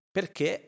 Perché